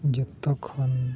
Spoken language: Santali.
ᱡᱷᱚᱛᱚ ᱠᱷᱚᱱ